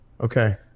Okay